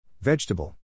Vegetable